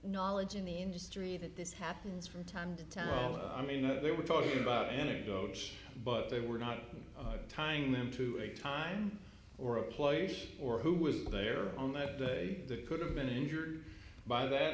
knowledge in the industry that this happens from time to time well i mean that they were talking about anecdotes but they were not tying them to a time or a place or who was there on that day that could have been injured by that